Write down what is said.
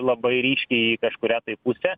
labai ryškiai kažkurią tai pusę